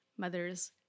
mother's